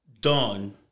done